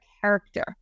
character